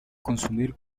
consumir